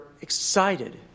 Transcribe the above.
excited